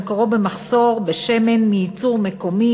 מקורו היה במחסור בשמן מייצור מקומי,